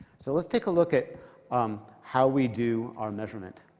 so let's take a look at um how we do our measurement.